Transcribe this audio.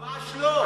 ממש לא.